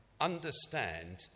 understand